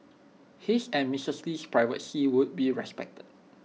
his and misses Lee's privacy would be respected